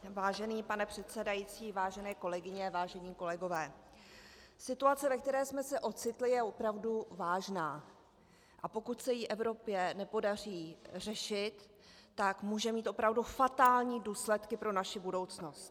Vážený pane předsedající, vážené kolegyně, vážení kolegové, situace, ve které jsme se ocitli, je opravdu vážná, a pokud se jí Evropě nepodaří řešit, tak může mít opravdu fatální důsledky pro naši budoucnost.